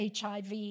HIV